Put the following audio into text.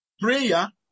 prayer